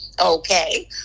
Okay